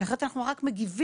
אחרת אנחנו רק מגיבים.